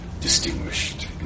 distinguished